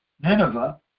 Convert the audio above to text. Nineveh